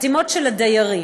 בחתימות של הדיירים.